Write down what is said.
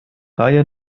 reihe